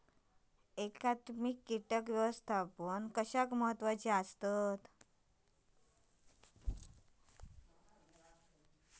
एकात्मिक कीटक व्यवस्थापन कशाक महत्वाचे आसत?